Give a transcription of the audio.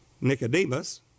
Nicodemus